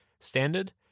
standard